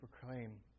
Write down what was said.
proclaim